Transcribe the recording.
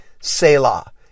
Selah